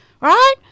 Right